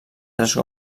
tres